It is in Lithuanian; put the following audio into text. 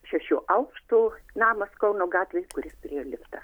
šešių aukštų namas kauno gatvėj kuris turėjo liftą